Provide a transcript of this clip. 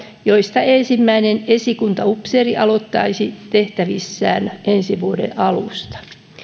joista ensimmäinen esikuntaupseeri aloittaisi tehtävissään ensi vuoden alusta